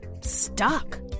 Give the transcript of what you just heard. stuck